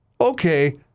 Okay